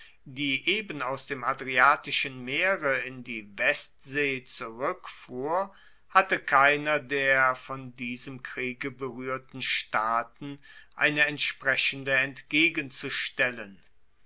die eben aus dem adriatischen meere in die westsee zurueckfuhr hatte keiner der von diesem kriege beruehrten staaten eine entsprechende entgegenzustellen